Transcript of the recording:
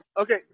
Okay